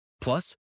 Plus